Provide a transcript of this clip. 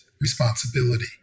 responsibility